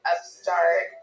Upstart